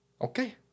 Okay